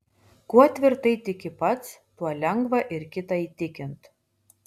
kuo tvirtai tiki pats tuo lengva ir kitą įtikint